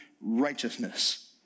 righteousness